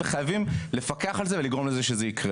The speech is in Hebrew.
חייבים לפקח על זה ולגרום כל שזה יקרה.